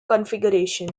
configuration